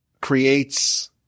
creates